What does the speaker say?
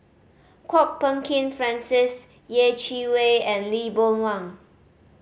Kwok Peng Kin Francis Yeh Chi Wei and Lee Boon Wang